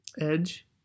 edge